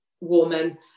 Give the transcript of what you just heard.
woman